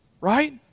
Right